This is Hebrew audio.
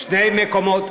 אתה מוכן לעשות יום נגב אחד?